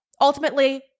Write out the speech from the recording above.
Ultimately